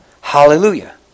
Hallelujah